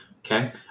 Okay